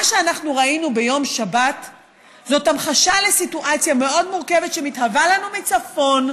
מה שראינו ביום שבת זאת המחשה לסיטואציה מאוד מורכבת שמתהווה לנו מצפון.